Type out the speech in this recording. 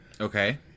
Okay